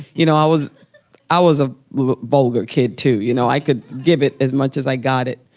you know i was i was a vulgar kid too, you know i could give it as much as i got it.